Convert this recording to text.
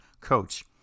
coach